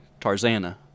Tarzana